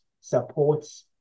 supports